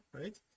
right